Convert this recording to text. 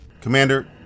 Commander